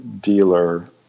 dealer